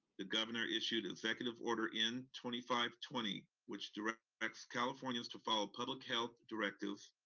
the governor issued executive order n twenty five twenty, which directs directs californians to follow public health directives,